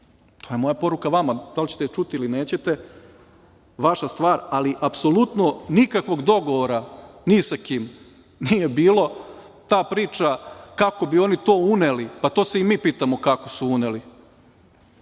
To je moja poruka vama, da li ćete je čuti ili nećete, vaša stvar, ali apsolutno nikakvog dogovora ni sa kim nije bilo. Ta priča kako bi oni to uneli, pa to se i mi pitamo, kako su uneli?